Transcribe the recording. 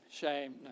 shame